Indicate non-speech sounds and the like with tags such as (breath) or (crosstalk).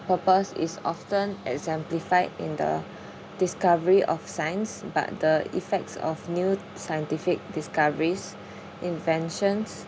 purpose is often exemplified in the (breath) discovery of science but the effects of new scientific discoveries (breath) inventions